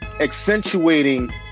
accentuating